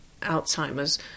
Alzheimer's